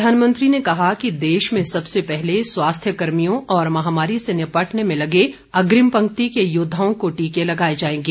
प्रधानमंत्री ने कहा कि देश में सबसे पहले स्वास्थ्य कर्मियों और महामारी से निपटने में लगे अग्रिम पंक्ति के योद्वाओं को टीके लगाए जाएंगे